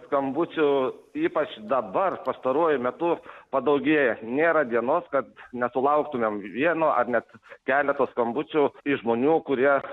skambučio ypač dabar pastaruoju metu padaugėjo nėra dienos kad nesulauktumėm vieno ar net keleto skambučių iš žmonių kurie